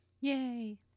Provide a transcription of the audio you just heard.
yay